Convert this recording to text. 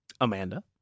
Amanda